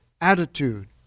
attitude